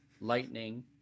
Lightning